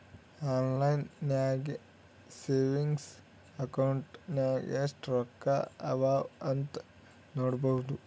online ನಾಗೆ savings account ನಾಗ್ ಎಸ್ಟ್ ರೊಕ್ಕಾ ಅವಾ ಅಂತ್ ನೋಡ್ಬೋದು